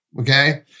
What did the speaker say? okay